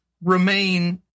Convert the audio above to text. remain